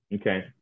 Okay